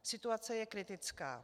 Situace je kritická.